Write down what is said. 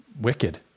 wicked